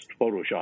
Photoshop